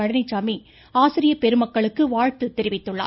பழனிச்சாமி ஆசிரியப்பெருமக்களுக்கு வாழ்த்து தெரிவித்துள்ளார்